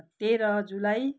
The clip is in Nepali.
तेह्र जुलाई